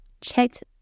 Checked